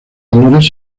valores